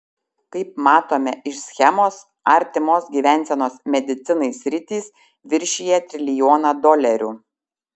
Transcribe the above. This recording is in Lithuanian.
kaip matome iš schemos artimos gyvensenos medicinai sritys viršija trilijoną dolerių